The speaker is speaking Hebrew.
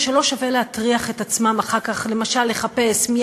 ושלא שווה להם להטריח את עצמם אחר כך למשל לחפש של מי